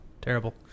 Terrible